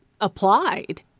applied